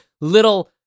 little